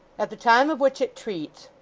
at the time of which it treats,